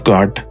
God